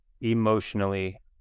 emotionally